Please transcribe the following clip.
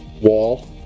wall